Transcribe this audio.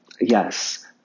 yes